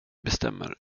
bestämmer